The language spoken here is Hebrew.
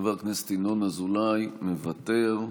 חבר הכנסת ינון אזולאי, מוותר,